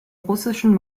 russischen